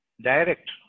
Direct